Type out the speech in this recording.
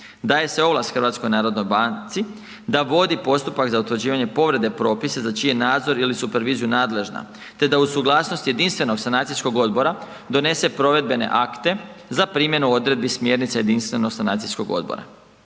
Daje se ovlast HNB-u da vodi postupak za utvrđivanje povrede propisa za čiji je nadzor ili superviziju nadležna te da u suglasnost jedinstvenog sanacijskog odbora donese provedbene akte za primjenu odredbi smjernice jedinstvenog sanacijskog odbora.